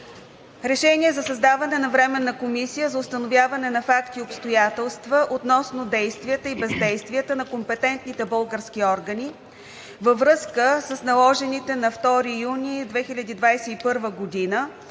РЕШЕНИЕ за създаване на Временна комисия за установяване на факти и обстоятелства относно действията и бездействията на компетентните български органи във връзка наложените на 2 юни 2021 г.